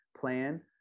plan